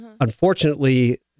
unfortunately